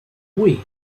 wii